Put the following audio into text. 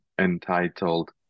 entitled